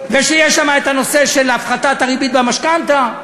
וכשיש שם הנושא של הפחתת הריבית במשכנתה.